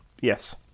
Yes